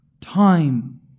Time